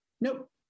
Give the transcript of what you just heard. nope